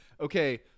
okay